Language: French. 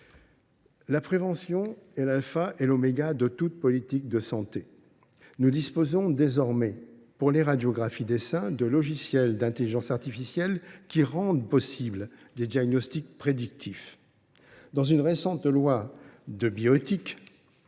La prévention est l’alpha et l’oméga de toute politique de santé. Nous disposons désormais, pour les radiographies des seins, de logiciels d’intelligence artificielle, qui rendent possibles les diagnostics prédictifs. Dans une récente loi de bioéthique,